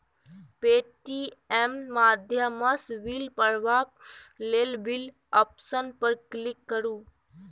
Paytm माध्यमसँ bill भरबाक लेल बिल आप्शन पर क्लिक करु